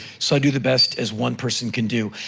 so i do the best as one person can do.